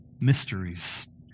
mysteries